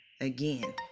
Again